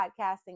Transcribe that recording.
podcasting